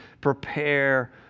prepare